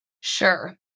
Sure